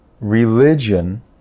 religion